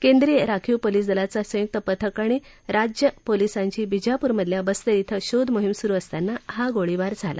केंद्रीय राखीव पोलिस दलाचं संयुक्त पथक आणि राज्य पोलिसांची बिजारपूरमधल्या बस्तर क्रे शोध मोहिम सुरु असताना हा गोळीबार झाला